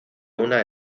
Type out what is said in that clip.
una